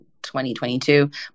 2022